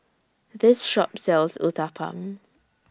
This Shop sells Uthapam